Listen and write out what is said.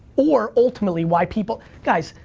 or ultimately why people, guys,